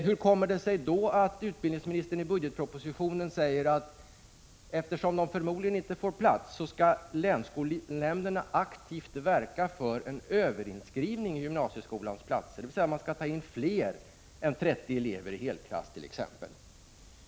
Hur kommer det sig då att utbildningsministern i budgetpropositionen säger att länsskolnämnderna, eftersom alla sökande förmodligen inte får plats, skall aktivt verka för en överinskrivning på gymnasieskolans platser, dvs. man skall ta in fler än 30 elever i helklass?